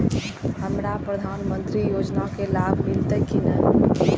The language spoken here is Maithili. हमरा प्रधानमंत्री योजना के लाभ मिलते की ने?